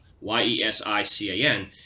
y-e-s-i-c-a-n